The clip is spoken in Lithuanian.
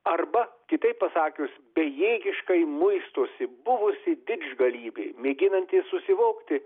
arba kitaip pasakius bejėgiškai muistosi buvusi didžgalybė mėginanti susivokti